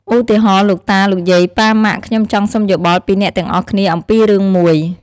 ឧទាហរណ៍ លោកតា លោកយាយ ប៉ា ម៉ាក់ ខ្ញុំចង់សុំយោបល់ពីអ្នកទាំងអស់គ្នាអំពីរឿងមួយ។